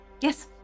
Yes